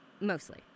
Mostly